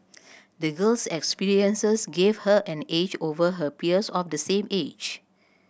the girl's experiences gave her an edge over her peers of the same age